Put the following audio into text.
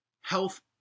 health